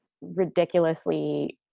ridiculously